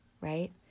right